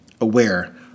aware